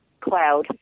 cloud